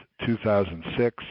2006